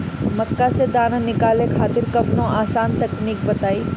मक्का से दाना निकाले खातिर कवनो आसान तकनीक बताईं?